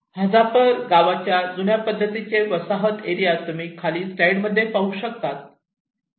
हजापर गावाचे जुन्या पद्धतीचे वसाहत एरिया तुम्ही खाली स्लाईड मध्ये पाहू शकता